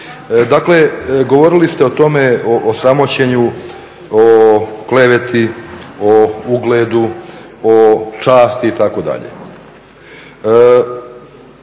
Dakle, govorili ste o tome, o sramoćenju, o kleveti, o ugledu, o časti, itd.